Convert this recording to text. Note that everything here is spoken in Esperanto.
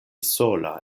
sola